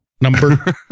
Number